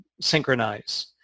synchronize